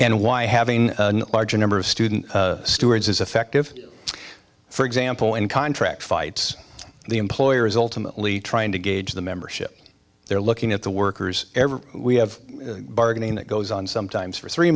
and why having a larger number of student stewards is effective for example in contract fights the employer is ultimately trying to gauge the membership they're looking at the workers ever we have bargaining that goes on sometimes for three